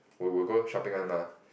we will go shopping one mah